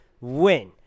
win